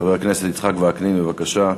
חבר הכנסת יצחק וקנין, בבקשה.